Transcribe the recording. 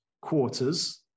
quarters